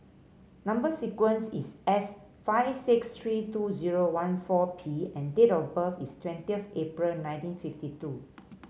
number sequence is S five six three two zero one four P and date of birth is thirty of April nineteen fifty two